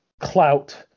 clout